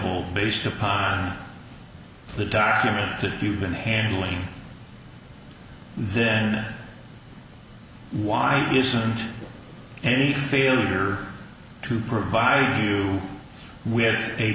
home based upon the documents that you've been handling then why isn't any failure to provide you with a